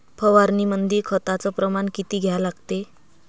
फवारनीमंदी खताचं प्रमान किती घ्या लागते?